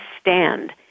stand